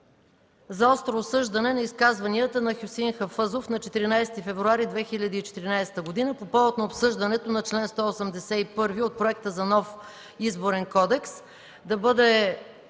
за остро осъждане на изказванията на Хюсеин Хафъзов на 14 февруари 2014 г. по повод обсъждането на чл. 181 от Проекта за нов Изборен кодекс,